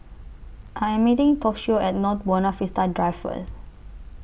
I Am meeting Toshio At North Buona Vista Drive First